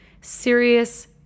serious